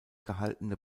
gehaltene